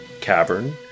cavern